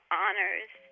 honors